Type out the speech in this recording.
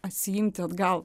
atsiimti atgal